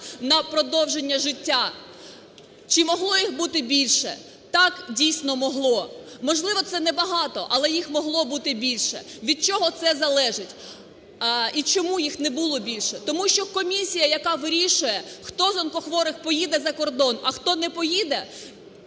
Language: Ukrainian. на продовження життя. Чи могло їх бути більше? Так, дійсно, могло. Можливо, це небагато, але їх могло бути більше. Від чого це залежить і чому їх не було більше? Тому що комісія, яка вирішує, хто з онкохворих поїде за кордон, а хто не поїде,